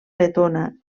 letona